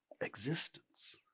existence